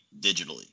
digitally